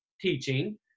teaching